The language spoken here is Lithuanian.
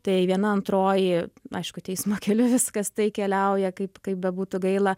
tai viena antroji aišku teismo keliu viskas tai keliauja kaip kaip bebūtų gaila